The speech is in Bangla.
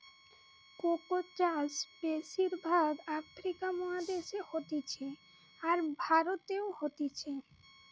কোকো চাষ বেশির ভাগ আফ্রিকা মহাদেশে হতিছে, আর ভারতেও হতিছে